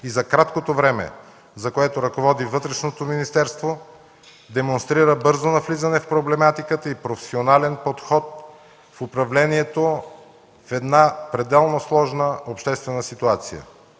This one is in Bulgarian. и за краткото време, за което ръководи Вътрешното министерство, демонстрира бързо навлизане в проблематиката и професионален подход в управлението в една пределно сложна обществена ситуация.